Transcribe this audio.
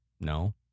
No